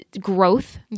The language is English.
growth